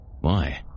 Why